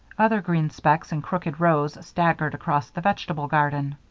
other green specks in crooked rows staggered across the vegetable garden.